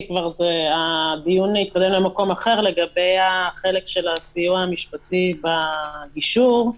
הדיון התקדם למקום אחר לגבי החלק של הסיוע המשפטי בגישור.